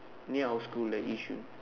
near our school there Yishun